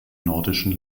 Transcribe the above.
nordischen